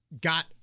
got